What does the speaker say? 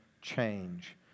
change